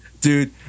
Dude